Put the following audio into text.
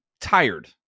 tired